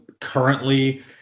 currently